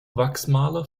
wachsmaler